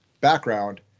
background